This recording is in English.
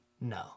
No